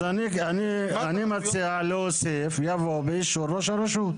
אני מציע להוסיף "יבוא "באישור ראש הרשות"".